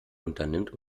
unternimmt